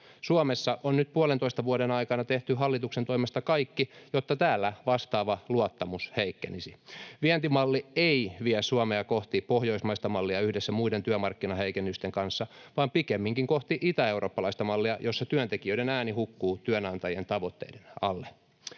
Suomessa on nyt puolentoista vuoden aikana tehty hallituksen toimesta kaikki, jotta täällä vastaava luottamus heikkenisi. Vientimalli ei vie Suomea kohti pohjoismaista mallia yhdessä muiden työmarkkinaheikennysten kanssa, vaan pikemminkin kohti itäeurooppalaista mallia, jossa työntekijöiden ääni hukkuu työnantajien tavoitteiden alle.